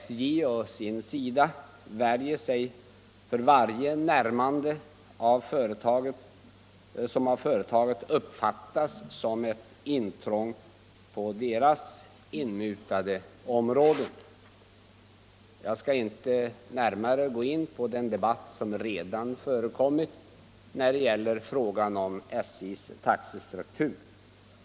SJå sin sida värjer sig för varje närmande såm av företaget uppfattas som ett intrång på deras inmutade område. Jag skall inte närmare gå in på den debatt som redan förekommit när det gäller frågan om SJ:s taxestruktur.